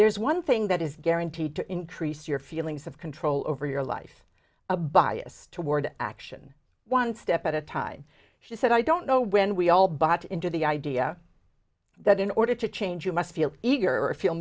there's one thing that is guaranteed to increase your feelings of control over your life a bias toward action one step at a time she said i don't know when we all bought into the idea that in order to change you must feel eager or feel